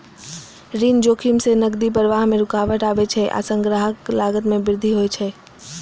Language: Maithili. ऋण जोखिम सं नकदी प्रवाह मे रुकावट आबै छै आ संग्रहक लागत मे वृद्धि होइ छै